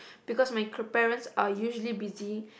because my c~ parents are usually busy